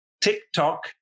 TikTok